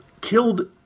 killed